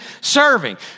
serving